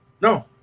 no